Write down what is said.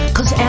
Cause